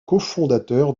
cofondateur